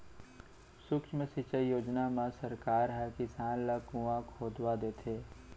सुक्ष्म सिंचई योजना म सरकार ह किसान ल कुँआ खोदवा देथे